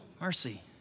mercy